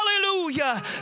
Hallelujah